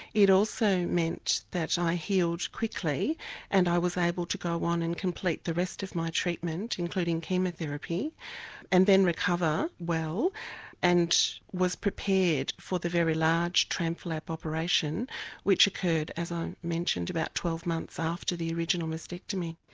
it also meant that i healed quickly and i was able to go on and complete the rest of my treatment including chemotherapy and then recover well and was prepared for the very large tram flap operation which occurred as i mentioned about twelve months after the original mastectomy.